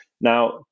Now